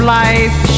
life